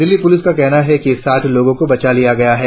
Delhi police का कहना है कि साठ लोगों को बचा लिया गया है